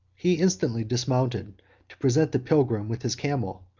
he instantly dismounted to present the pilgrim with his camel,